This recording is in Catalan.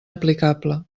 aplicable